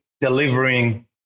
delivering